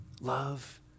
Love